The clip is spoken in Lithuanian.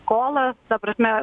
skolą ta prasme